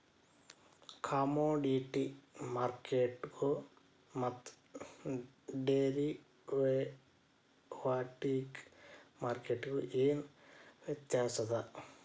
Commodity ಮಾರ್ಕೆಟ್ಗು ಮತ್ತ derivative ಮಾರ್ಕೆಟ್ಗು ಏನ್ ವ್ಯತ್ಯಾಸದ?